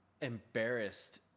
embarrassed